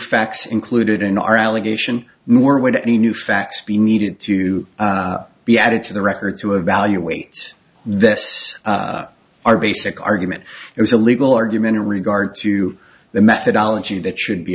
facts included in our allegation morewood any new facts be needed to be added to the record to evaluate this our basic argument is a legal argument in regard to the methodology that should be